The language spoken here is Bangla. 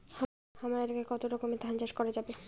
হামার এলাকায় কতো রকমের ধান চাষ করা যাবে?